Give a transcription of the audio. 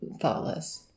thoughtless